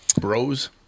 Bros